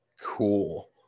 cool